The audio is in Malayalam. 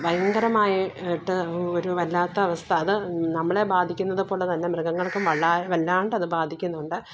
ഭയങ്കരമായിട്ട് ഒരു വല്ലാത്ത അവസ്ഥ അത് നമ്മളെ ബാധിക്കുന്നത് പോലെ തന്നെ മൃഗങ്ങള്ക്കും വല്ല വല്ലാണ്ട് അത് ബാധിക്കുന്നുണ്ട്